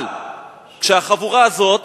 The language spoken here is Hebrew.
אבל כשהחבורה הזאת